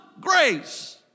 grace